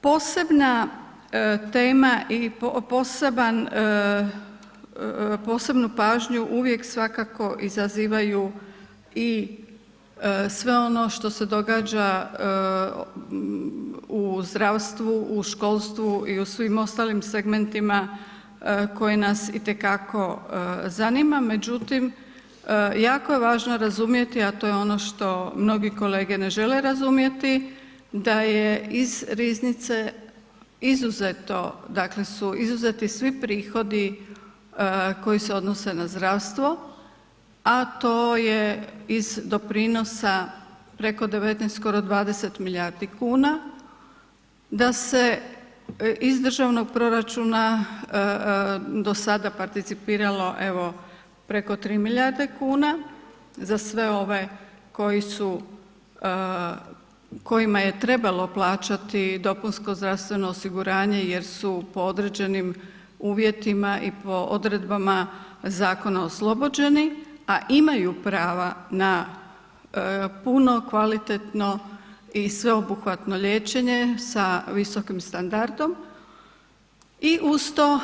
Posebna tema i posebnu pažnju uvijek svakako izazivaju i sve ono što se događa u zdravstvu, u školstvu i u svim ostalim segmentima koji nas i te kako zanima, međutim jako je važno razumjeti, a to je ono što mnogi kolege ne žele razumjeti da je iz riznice izuzeto, dakle su izuzeti svi prihodi koji se odnose na zdravstvo, a to je iz doprinosa preko 19 skoro 20 milijardi kuna, da se iz državnog proračuna do sada participiralo preko 3 milijarde kuna za sve ove koji su, kojima je trebalo plaćati dopunsko zdravstveno osiguranje jer su po određenim uvjetima i po odredbama zakona oslobođeni, a imaju prava na puno, kvalitetno i sveobuhvatno liječenje sa visokim standardom i uz to